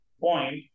point